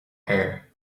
air